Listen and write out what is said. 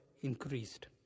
increased